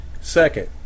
Second